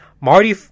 Marty